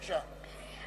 בבקשה.